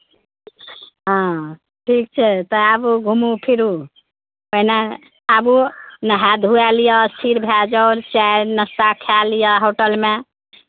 हँ ठीक छै तऽ आबू घुमू फिरू पहिने आबू नहाय धुआय लिअ स्थिर भए जाउ चाय नाश्ता खाए लिअ होटलमे